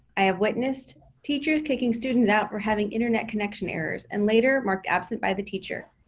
i have witnessed teachers kicking students out for having internet connection errors, and later marked absent by the teacher.